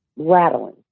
rattling